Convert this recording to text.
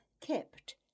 kept